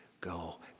go